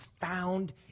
found